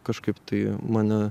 kažkaip tai mane